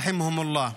ירחמהום אללה.